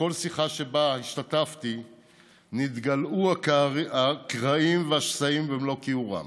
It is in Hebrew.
בכל שיחה שבה השתתפתי נתגלעו הקרעים והשסעים במלוא כיעורם.